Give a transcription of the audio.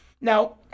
Now